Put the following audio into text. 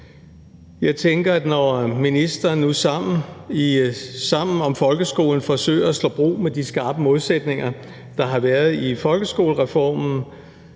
Jeg tænker, at når ministeren nu i »Sammen om skolen« forsøger at slå bro over de skarpe modsætninger, der har været i folkeskolereformen,